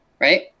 right